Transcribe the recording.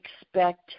expect